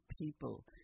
people